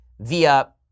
via